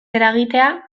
eragitea